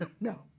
no